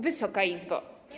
Wysoka Izbo!